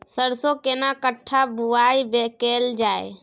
सरसो केना कट्ठा बुआई कैल जाय?